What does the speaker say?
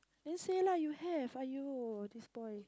then say lah you have aiyo this boy